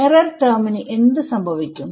error term ന് എന്ത് സംഭവിക്കും